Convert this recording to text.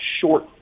short